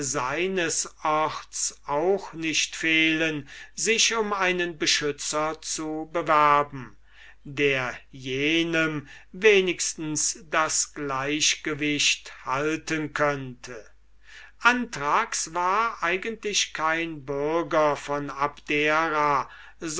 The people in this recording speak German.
seines orts auch nicht fehlen sich um einen beschützer zu bewerben der jenem wenigstens das gleichgewicht halten könnte anthrax war eigentlich kein bürger von abdera